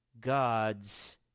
God's